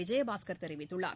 விஜயபாஸ்கர் தெரிவித்துள்ளார்